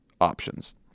options